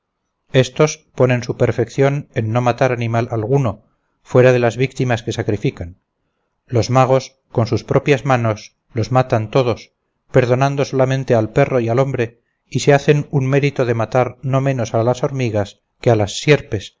estos ponen su perfección en no matar animal alguno fuera de las víctimas que sacrifican los magos con sus propias manos los matan todos perdonando solamente al perro y al hombre y se hacen un mérito de matar no menos a las hormigas que a las sierpes